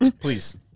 Please